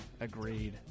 Agreed